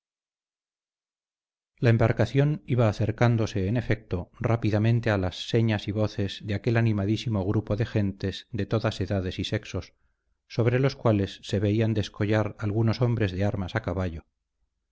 la embarcación iba acercándose en efecto rápidamente a las señas y voces de aquel animadísimo grupo de gentes de todas edades y sexos sobre los cuales se veían descollar algunos hombres de armas a caballo